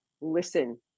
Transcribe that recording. listen